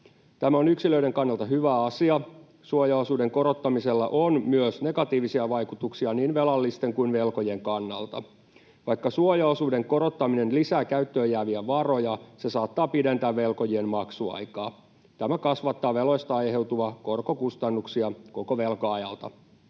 Tämä on yksilöiden kannalta hyvä asia, mutta suojaosuuden korottamisella on myös negatiivisia vaikutuksia niin velallisten kuin velkojien kannalta. Vaikka suojaosuuden korottaminen lisää käyttöön jääviä varoja, se saattaa pidentää velkojen maksuaikaa. Tämä kasvattaa veloista aiheutuvia korkokustannuksia koko velka-ajalta.